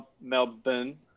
Melbourne